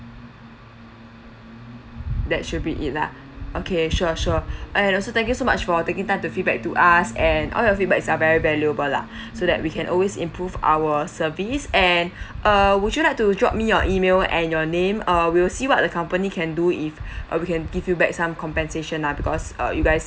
that should be it lah okay sure sure and also thank you so much for taking time to feedback to us and all your feedbacks are very valuable lah so that we can always improve our service and err would you like to drop me your email and your name uh we will see what the company can do if uh we can give you back some compensation lah because uh you guys